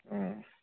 ꯎꯝ